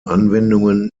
anwendungen